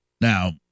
Now